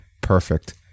perfect